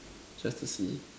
just to see